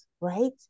right